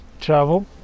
travel